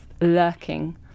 lurking